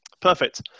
Perfect